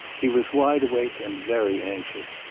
he was wide-awake and very anxious,